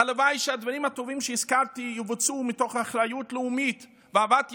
הלוואי שהדברים הטובים שהזכרתי יבוצעו מתוך אחריות לאומית ואהבת ישראל.